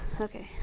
Okay